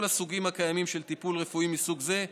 הסוגים הקיימים של טיפול רפואי מסוג זה,